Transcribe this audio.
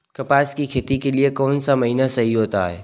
कपास की खेती के लिए कौन सा महीना सही होता है?